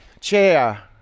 Chair